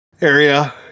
area